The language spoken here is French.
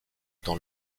dans